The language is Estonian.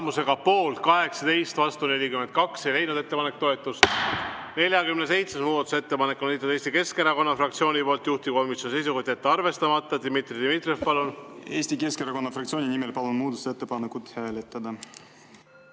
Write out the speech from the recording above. Eesti Keskerakonna fraktsiooni nimel palun muudatusettepanekut hääletada